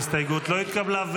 ההסתייגות לא התקבלה.